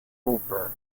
hooper